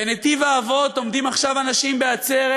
בנתיב-האבות עומדים עכשיו אנשים בעצרת,